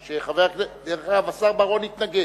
דרך אגב, השר בר-און התנגד,